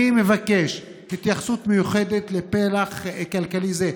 אני מבקש התייחסות מיוחדת לפלח כלכלי זה,